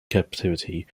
captivity